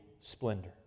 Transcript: splendor